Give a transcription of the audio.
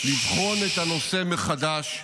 לבחון את הנושא מחדש,